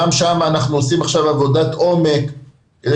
גם שם אנחנו עושים עכשיו עבודת עומק כדי